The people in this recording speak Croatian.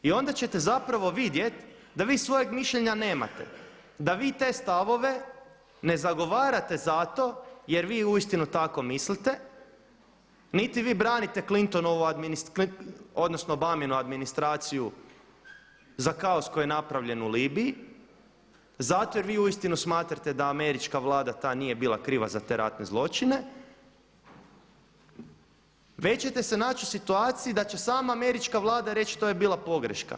I onda ćete zapravo vidjeti da vi svojeg mišljenja nemate, da vi te stavove ne zagovarate zato jer vi uistinu tako mislite, niti vi branite obaminu administraciju za kaos koji je napravljen u Libiji zato jer vi uistinu smatrate da američka vlada ta nije bila kriva za te ratne zločine, već ćete se naći u situaciji da sama američka vlada reći to je bila pogreška.